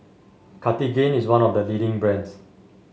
Cartigain is one of the leading brands